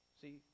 See